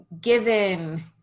given